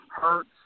hurts